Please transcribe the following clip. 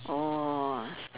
orh s~